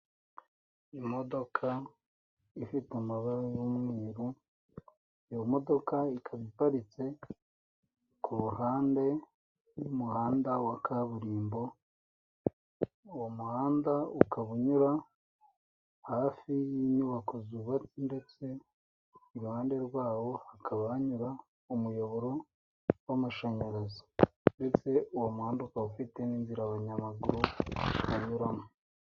Imodoka ifite amabara y'umweru iyo modoka ikaba iparitse ku ruhande rw'umuhanda wa kaburimbo uwo muhanda ukaba unyura hafi y'inyubako zubatse ndetse iruhande rwawo hakaba hanyura umuyoboro w'amashanyarazi uwo muhanda uka ufite n'inzira abanyamaguru banyuramo.